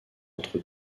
entre